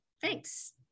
Thanks